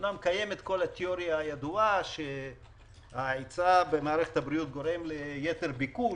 אמנם קיימת התיאוריה הידועה שההיצע במערכת הבריאות גורמת ליתר ביקוש,